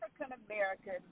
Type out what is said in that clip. African-American